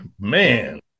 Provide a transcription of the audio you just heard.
man